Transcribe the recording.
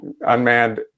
Unmanned